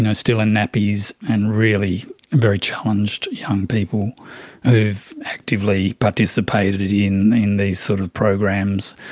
and still in nappies and really very challenged young people who have actively participated in in these sort of programs.